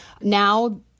Now